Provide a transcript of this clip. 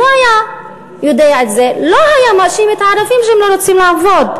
אם הוא היה יודע את זה הוא לא היה מאשים את הערבים שהם לא רוצים לעבוד.